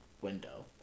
window